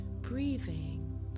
breathing